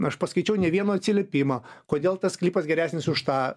aš paskaičiau ne vieno atsiliepimą kodėl tas klipas geresnis už tą